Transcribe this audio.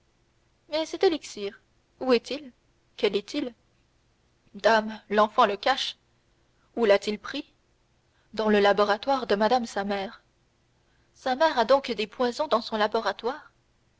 mais cet élixir où est-il quel est-il dame l'enfant le cache où l'a-t-il pris dans le laboratoire de madame sa mère sa mère a donc des poisons dans son laboratoire